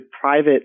private